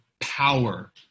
power